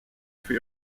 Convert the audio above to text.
für